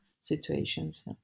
situations